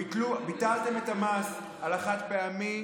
ביטלתם את המס על החד-פעמי,